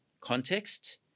context